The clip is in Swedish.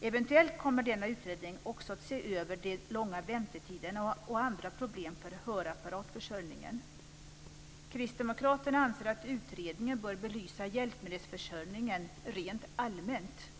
Eventuellt kommer denna utredning också att se över de långa väntetiderna och andra problem för hörapparatsförsörjningen. Kristdemokraterna anser att utredningen bör belysa hjälpmedelsförsörjningen rent allmänt.